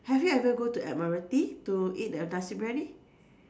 have you ever go to Admiralty to eat the nasi-biryani